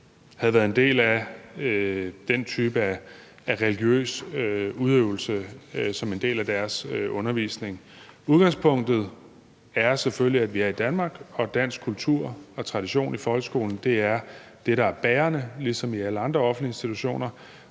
havde været en del af den type af religiøs udøvelse som en del af deres undervisning. Udgangspunktet er selvfølgelig, at vi er i Danmark, og at dansk kultur og tradition i folkeskolen er det, der er bærende, ligesom i alle andre offentlige institutioner,